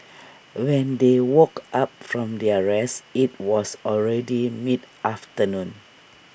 when they woke up from their rest IT was already mid afternoon